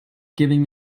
giving